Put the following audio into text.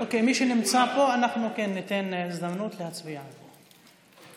מי שנמצא פה, אנחנו ניתן הזדמנות להצביע פה.